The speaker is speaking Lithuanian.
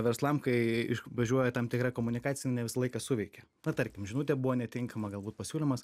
verslam kai išvažiuoja tam tikra komunikacija ne visą laiką suveikia na tarkim žinutė buvo netinkama galbūt pasiūlymas